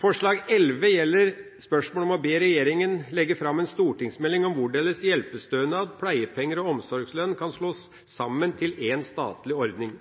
Forslag nr. 11 gjelder spørsmål om å be regjeringa legge fram en stortingsmelding om hvorledes hjelpestønad, pleiepenger og omsorgslønn kan slås sammen til én statlig ordning.